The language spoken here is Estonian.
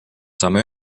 saame